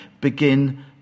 begin